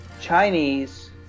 Chinese